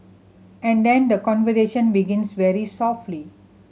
and then the conversation begins very softly